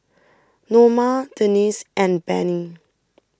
Noma Denese and Bennie